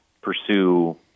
pursue